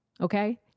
Okay